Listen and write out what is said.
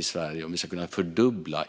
Jag tänker på om vi ska kunna fördubbla